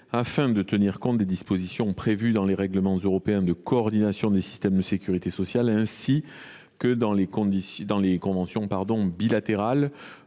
afin de tenir compte des dispositions prévues dans les règlements européens de coordination des systèmes de sécurité sociale ainsi que dans les conventions bilatérales.